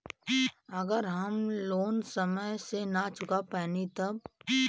अगर हम लोन समय से ना चुका पैनी तब?